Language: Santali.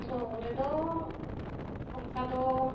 ᱫᱚᱝ ᱨᱮᱫᱚ ᱚᱱᱠᱟ ᱫᱚ